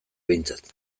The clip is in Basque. behintzat